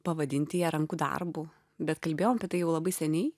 pavadinti ją rankų darbu bet kalbėjom apie tai jau labai seniai